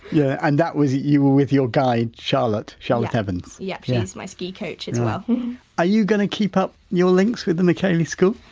yeah and that was you were with your guide charlotte, charlotte evans yeah, she's my ski coach as well are you going to keep up your links with the mekelle school?